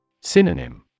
Synonym